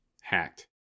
hacked